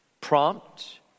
Prompt